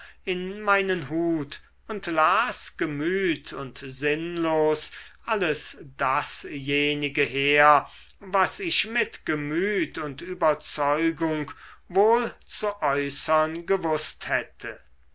in meinen hut und las gemüt und sinnlos alles dasjenige her was ich mit gemüt und überzeugung wohl zu äußern gewußt hätte